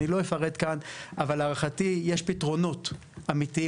אני לא אפרט כאן אבל להערכתי יש פתרונות אמתיים,